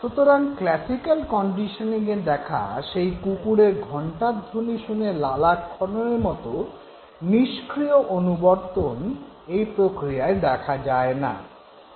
সুতরাং ক্লাসিক্যাল কন্ডিশনিঙে দেখা সেই কুকুরের ঘণ্টাধ্বনি শুনে লালাক্ষরণের মতো নিষ্ক্রিয় অনুবর্তন এই প্রক্রিয়ায় দেখা যায় না